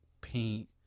paint